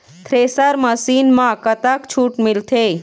Thresher machine म कतक छूट मिलथे?